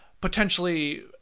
potentially